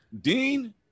Dean